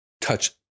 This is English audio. touch